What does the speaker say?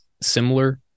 similar